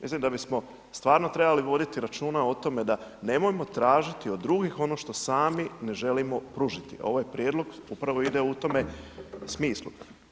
Mislim da bismo stvarno trebali voditi računa o tome da nemojmo tražiti od drugih ono što sami ne želimo pružiti a ovaj prijedlog upravo ide u tome smislu.